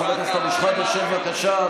חבר הכנסת אבו שחאדה, שב, בבקשה.